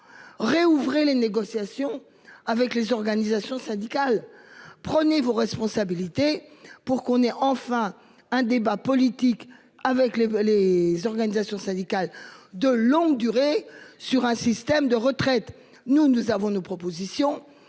Réouvrir les négociations avec les organisations syndicales, prenez vos responsabilités pour qu'on ait enfin un débat politique avec les, les organisations syndicales de longue durée sur un système de retraite. Nous, nous avons nos propositions